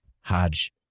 Hodge